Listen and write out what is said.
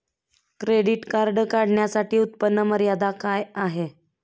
Credit card काढण्यासाठी उत्पन्न मर्यादा काय आहे?